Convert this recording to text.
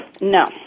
no